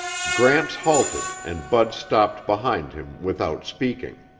gramps halted and bud stopped behind him without speaking.